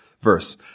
verse